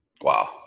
Wow